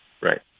right